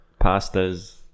pastas